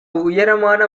உயரமான